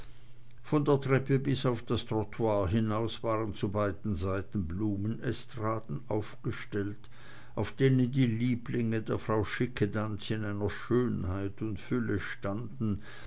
von der treppe bis auf das trottoir hinaus waren zu beiden seiten blumenestraden aufgestellt auf denen die lieblinge der frau schickedanz in einer schönheit und fülle standen